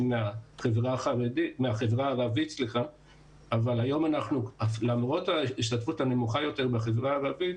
מהחברה הערבית אבל היום למרות ההשתתפות הנמוכה יותר בחברה הערבית,